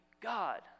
God